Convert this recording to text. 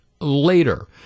Later